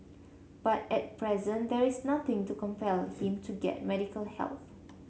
but at present there is nothing to compel him to get medical help